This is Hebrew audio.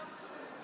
(קורא בשמות חברי הכנסת)